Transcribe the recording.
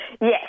Yes